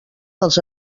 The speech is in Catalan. dels